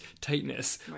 tightness